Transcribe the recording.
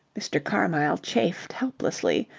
mr. carmyle chafed helplessly.